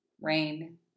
Rain